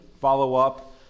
follow-up